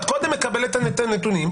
את קודם מקבלת את הנתונים.